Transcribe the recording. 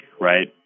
right